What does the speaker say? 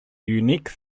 unique